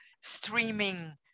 streaming